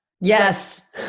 yes